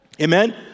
amen